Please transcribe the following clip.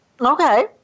Okay